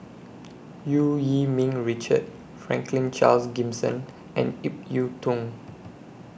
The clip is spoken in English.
EU Yee Ming Richard Franklin Charles Gimson and Ip Yiu Tung